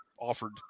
offered